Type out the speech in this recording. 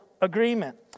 agreement